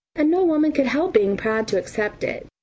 and no woman could help being proud to accept it.